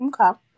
Okay